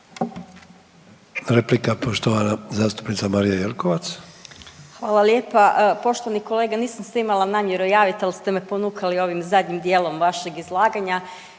Replika, poštovana zastupnica Marija Jelkovac. **Jelkovac, Marija (HDZ)** Hvala lijepa. Poštovani kolega, nisam se imala namjeru javit, al ste me ponukali ovim zadnjim dijelom vašeg izlaganja.